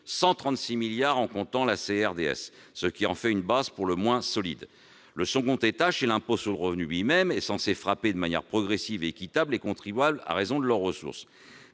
de la dette sociale, la CRDS, ce qui en fait une base pour le moins solide. Le second étage- l'impôt sur le revenu lui-même -est censé frapper de manière progressive et équitable les contribuables à raison de leurs ressources,